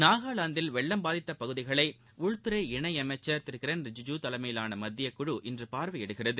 நாகலாந்தில் வெள்ளம் பாதித்த பகுதிகளை உள்துறை இணை அமைச்சர் திரு கிரண் ரிஜிஜூ தலைமையிலான மத்திய குழு இன்று பார்வையிடுகிறது